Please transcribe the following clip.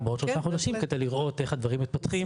בעוד כשלושה חודשים על מנת לראות באמת איך הדברים מתפתחים.